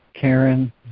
Karen